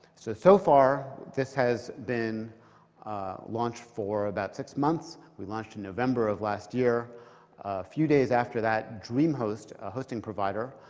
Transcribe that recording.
so so far, this has been launched for about six months. we launched in november of last year. a few days after that, dreamhost, a hosting provider,